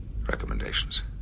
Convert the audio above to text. Recommendations